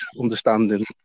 understanding